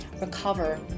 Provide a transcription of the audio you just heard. recover